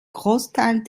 großteil